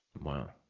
Wow